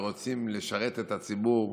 שרוצים לשרת את הציבור,